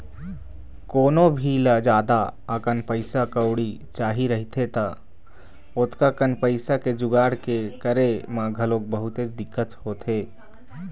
कोनो भी ल जादा अकन पइसा कउड़ी चाही रहिथे त ओतका कन पइसा के जुगाड़ के करे म घलोक बहुतेच दिक्कत होथे